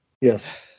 Yes